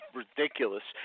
ridiculous